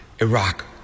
Iraq